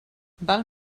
val